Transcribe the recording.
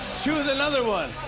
choose another one?